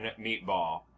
meatball